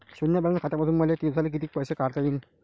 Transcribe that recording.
शुन्य बॅलन्स खात्यामंधून मले दिवसाले कितीक पैसे काढता येईन?